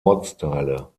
ortsteile